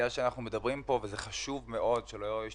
אנחנו יושבים פה ומנסים להבין מאיפה